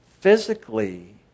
physically